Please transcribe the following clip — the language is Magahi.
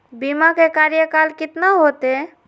बीमा के कार्यकाल कितना होते?